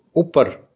ਉੱਪਰ